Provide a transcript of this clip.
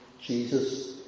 Jesus